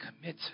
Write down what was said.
commit